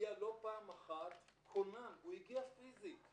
הגיע לא פעם אחת כונן, פיזית.